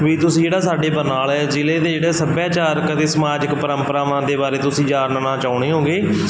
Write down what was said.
ਵੀ ਤੁਸੀਂ ਜਿਹੜਾ ਸਾਡੇ ਬਰਨਾਲਾ ਜ਼ਿਲ੍ਹੇ ਦੇ ਜਿਹੜਾ ਸੱਭਿਆਚਾਰਕ ਅਤੇ ਸਮਾਜਿਕ ਪਰੰਪਰਾਵਾਂ ਦੇ ਬਾਰੇ ਤੁਸੀਂ ਜਾਣਨਾ ਚਾਹੁੰਦੇ ਹੋਗੇ